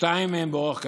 שתיים מהן באורח קשה.